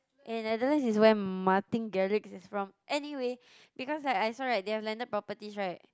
and Netherlands is where Martin-Garrix is from anyway because like I saw right they have landed properties right